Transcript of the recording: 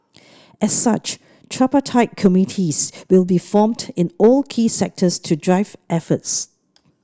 as such tripartite committees will be formed in all key sectors to drive efforts